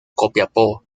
copiapó